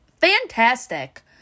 fantastic